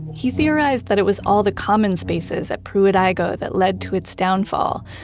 he theorized that it was all the common spaces at pruitt-igoe that led to its downfall,